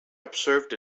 observed